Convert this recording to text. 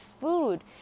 food